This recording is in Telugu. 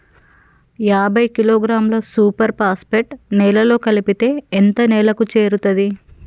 యాభై కిలోగ్రాముల సూపర్ ఫాస్ఫేట్ నేలలో కలిపితే ఎంత నేలకు చేరుతది?